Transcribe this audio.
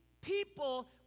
people